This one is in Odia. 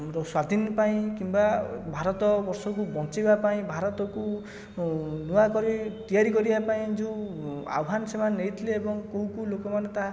ସ୍ଵାଧୀନ ପାଇଁ କିମ୍ବା ଭାରତବର୍ଷକୁ ବଞ୍ଚେଇବା ପାଇଁ ଭାରତକୁ ନୂଆକରି ତିଆରି କରିବା ପାଇଁ ଯେଉଁ ଆହ୍ୱାନ୍ ସେମାନେ ନେଇଥିଲେ ଏବଂ କେଉଁ କେଉଁ କେଉଁ ଲୋକମାନେ ତାହା